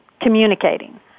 communicating